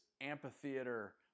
amphitheater